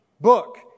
book